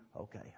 okay